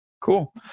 cool